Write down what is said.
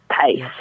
pace